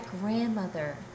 grandmother